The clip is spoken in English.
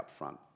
upfront